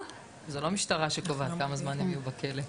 זו לא המשטרה שקובעת כמה זמן הם יהיו בכלא.